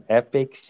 epic